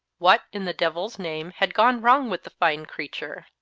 what in the devil's name had gone wrong with the fine creature?